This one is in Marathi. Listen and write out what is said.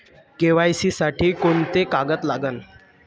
के.वाय.सी साठी कोंते कागद लागन?